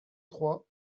trois